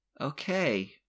Okay